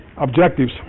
Objectives